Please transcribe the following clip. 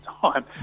time